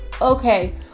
okay